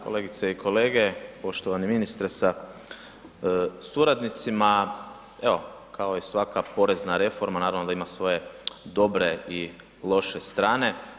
Kolegice i kolege, poštovani ministre sa suradnicima, evo kao i svaka porezna reforma naravno da ima svoje dobre i loše strane.